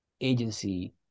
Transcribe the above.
agency